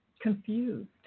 confused